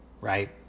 right